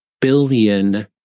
billion